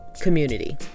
community